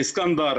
באסכנדר,